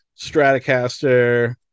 Stratocaster